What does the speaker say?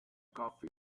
coffee